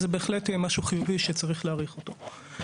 וזה בהחלט משהו חיובי שצריך להעריך אותו.